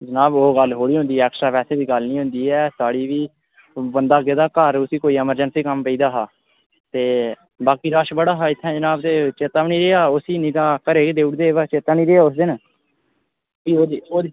जनाब ओह् गल्ल थोह्ड़ी होंदी एक्सट्रा पैसे दी गल्ल निं होंदी ऐ साढ़ी बी बंदा गेदा घर उस्सी कोई एमरजैंसी कम्म पेई दा हा ते बाकी रश बड़ा हा इत्थै जनाब ते चेत्ता बी निं रेहा उ'स्सी निं तां घरै ई गै देई ओड़दे हे बा चेत्ता निं रेहा उस दिन भी ओह् दिक्खो जे